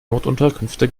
notunterkünfte